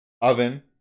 Oven